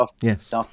yes